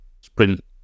sprint